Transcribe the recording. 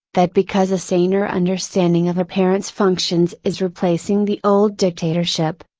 that because a saner understanding of a parent's functions is replacing the old dictatorship,